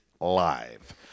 live